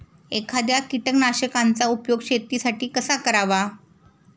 एखाद्या कीटकनाशकांचा उपयोग शेतीसाठी कसा करावा?